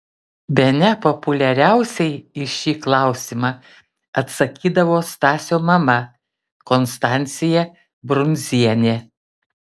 bene populiariausiai į šį klausimą atsakydavo stasio mama konstancija brundzienė